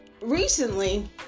recently